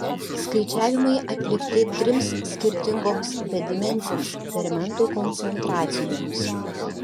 skaičiavimai atlikti trims skirtingoms bedimensėms fermentų koncentracijoms